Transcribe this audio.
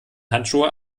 handschuhe